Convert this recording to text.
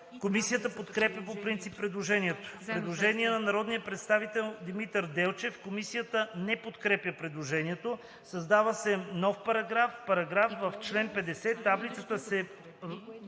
Комисията подкрепя по принцип предложението. Предложение на народния представител Димитър Делчев. Комисията не подкрепя предложението: „Създава се нов параграф: „§… В чл. 50, таблицата, се